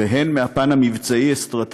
והן מהפן המבצעי-אסטרטגי,